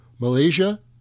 Malaysia